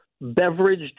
beverage